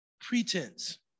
pretense